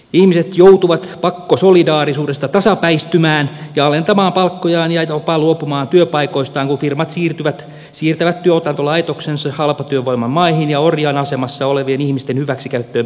ihmiset joutuvat pakkosolidaarisuudesta tasapäistymään ja alentamaan palkkojaan ja jopa luopumaan työpaikoistaan kun firmat siirtävät tuotantolaitoksensa halpatyövoimamaihin ja orjan asemassa olevien ihmisten hyväksikäyttöön perustuviin yhteiskuntiin